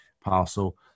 parcel